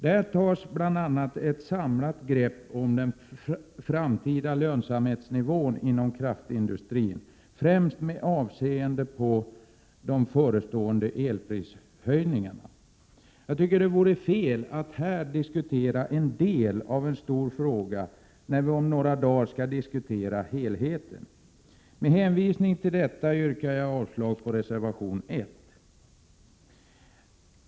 I det betänkandet tas ett samlat grepp om den framtida lönsamhetsnivån inom kraftindustrin, främst i avseende på de förestående elprishöjningarna. Det vore fel att här diskutera en del av en stor fråga, då vi om några dagar skall diskutera helheten. Med hänvisning till detta yrkar jag avslag på reservation 1.